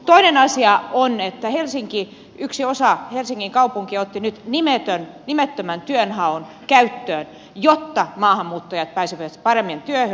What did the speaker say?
toinen asia on että yksi osa helsingin kaupunkia otti nyt nimettömän työnhaun käyttöön jotta maahanmuuttajat pääsisivät paremmin työhön